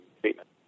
treatment